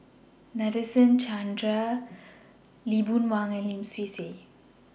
Nadasen Chandra Lee Boon Wang and Lim Swee Say